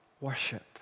Worship